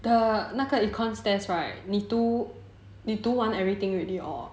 the 那个 econs test right 你读完 everything already or